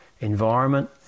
environment